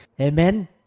Amen